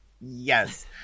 yes